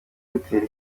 bitera